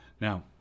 now